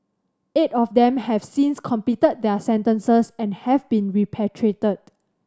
eight of them have since completed their sentences and have been repatriated